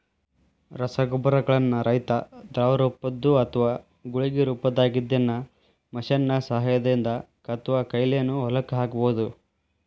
ರಸಗೊಬ್ಬರಗಳನ್ನ ರೈತಾ ದ್ರವರೂಪದ್ದು ಅತ್ವಾ ಗುಳಿಗಿ ರೊಪದಾಗಿದ್ದಿದ್ದನ್ನ ಮಷೇನ್ ನ ಸಹಾಯದಿಂದ ಅತ್ವಾಕೈಲೇನು ಹೊಲಕ್ಕ ಹಾಕ್ಬಹುದು